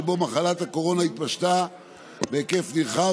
שבו מחלת הקורונה התפשטה בהיקף נרחב